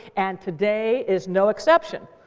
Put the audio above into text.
and today is no exception.